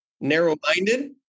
narrow-minded